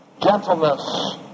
gentleness